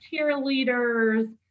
cheerleaders